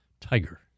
Tiger